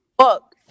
fuck